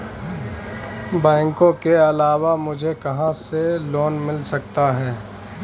बैंकों के अलावा मुझे कहां से लोंन मिल सकता है?